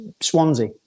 Swansea